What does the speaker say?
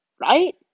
Right